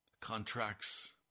contracts